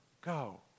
go